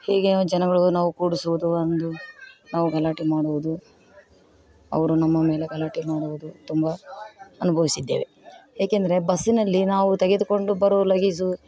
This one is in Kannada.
ಹೇಗೆ ನಾವು ಜನಗಳು ನಾವು ಕೂಡುಸೋದು ಅಂದು ನಾವು ಗಲಾಟೆ ಮಾಡುವುದು ಅವರು ನಮ್ಮ ಮೇಲೆ ಗಲಾಟೆ ಮಾಡುವುದು ತುಂಬ ಅನುಭವಿಸಿದ್ದೇವೆ ಏಕಂದ್ರೆ ಬಸ್ಸಿನಲ್ಲಿ ನಾವು ತೆಗೆದುಕೊಂಡು ಬರುವ ಲಗೇಜು